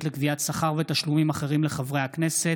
לקביעת שכר ותשלומים אחרים לחברי הכנסת,